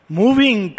moving